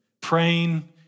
praying